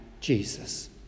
Jesus